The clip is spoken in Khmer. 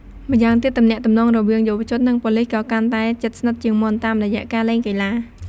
ម្យ៉ាងទៀត ទំនាក់ទំនងរវាងយុវជននិងប៉ូលិសក៏កាន់តែជិតស្និទ្ធជាងមុន តាមរយៈការលេងកីឡា។